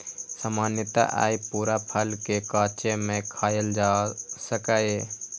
सामान्यतः अय पूरा फल कें कांचे मे खायल जा सकैए